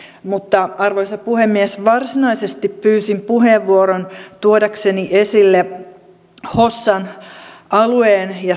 mutta arvoisa puhemies varsinaisesti pyysin puheenvuoron tuodakseni esille hossan alueen ja